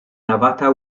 navata